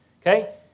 okay